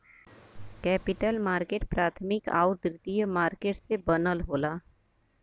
capital market प्राथमिक आउर द्वितीयक मार्केट से बनल होला